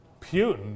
Putin